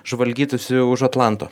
žvalgytųsi už atlanto